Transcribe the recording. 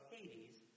Hades